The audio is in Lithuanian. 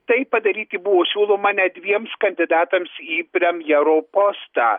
tai padaryti buvo siūloma net dviems kandidatams į premjero postą